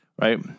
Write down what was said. Right